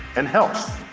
and health.